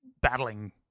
battling